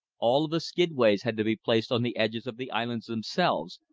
all of the skidways had to be placed on the edges of the islands themselves,